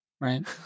Right